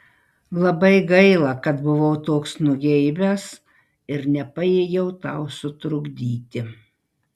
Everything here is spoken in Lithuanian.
labai gaila kad buvau toks nugeibęs ir nepajėgiau tau sutrukdyti